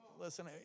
Listen